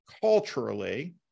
culturally